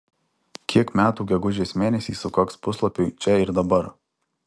kiek metų gegužės mėnesį sukaks puslapiui čia ir dabar